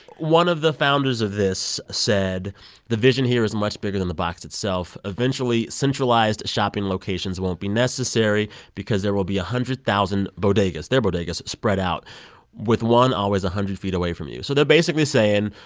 one of the founders of this said the vision here is much bigger than the box itself. eventually, centralized shopping locations won't be necessary because there will be one hundred thousand bodegas their bodegas spread out with one always one ah hundred feet away from you so they're basically saying,